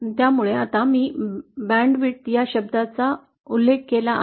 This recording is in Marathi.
त्यामुळे आता मी बँड रुंदी या शब्दाचा उल्लेख केला आहे